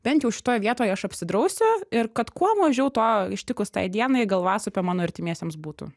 bent jau šitoj vietoj aš apsidrausiu ir kad kuo mažiau to ištikus tai dienai galvasupio mano artimiesiems būtų